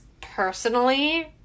personally